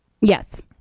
Yes